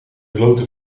blote